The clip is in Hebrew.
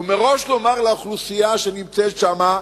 ומראש לומר לאוכלוסייה שנמצאת שם,